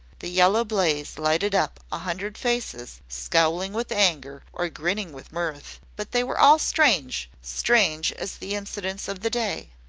the yellow blaze lighted up a hundred faces, scowling with anger or grinning with mirth, but they were all strange strange as the incidents of the day.